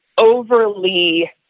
overly